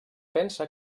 pensa